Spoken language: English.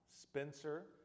Spencer